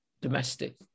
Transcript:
domestic